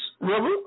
River